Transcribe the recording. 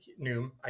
Noom